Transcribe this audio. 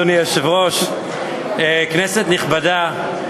אדוני היושב-ראש, כנסת נכבדה,